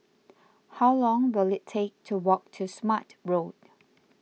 how long will it take to walk to Smart Road